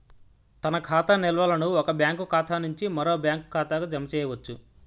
తన ఖాతా నిల్వలను ఒక బ్యాంకు ఖాతా నుంచి మరో బ్యాంక్ ఖాతాకు జమ చేయవచ్చు